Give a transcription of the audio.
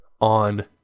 on